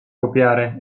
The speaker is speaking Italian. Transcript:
copiare